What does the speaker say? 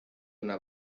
una